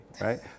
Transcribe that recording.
right